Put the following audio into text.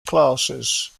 classes